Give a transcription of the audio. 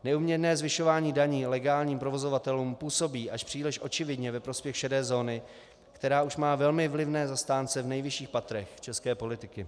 Neúměrné zvyšování daní legálním provozovatelům působí až příliš očividně ve prospěch šedé zóny, která už má velmi vlivné zastánce v nejvyšších patrech české politiky.